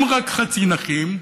הם רק חצי נכים,